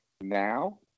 now